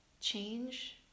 change